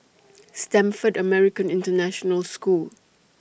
Stamford American International School